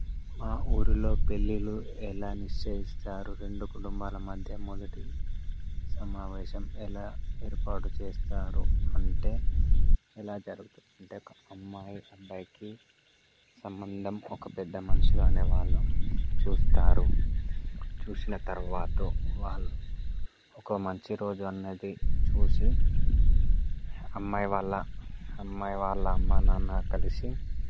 మా ఊరిలో పెళ్లిళ్ళు ఎలా నిశ్చయిస్తారు రెండు కుటుంబాల మధ్య మొదటి సమావేశం ఎలా ఏర్పాటు చేస్తారు అంటే ఎలా జరుగుతుంది అంటే అమ్మాయి అబ్బాయికి సంబంధం ఒక పెద్ద మనుషులు అనే వాళ్ళు చూస్తారు చూసిన తర్వాత వాళ్ళు ఒక మంచి రోజు అన్నది చూసి అమ్మాయి వాళ్ళ అమ్మాయి వాళ్ళ అమ్మ నాన్న కలిసి